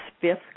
fifth